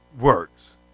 works